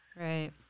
Right